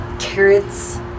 carrots